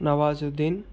Nawazuddin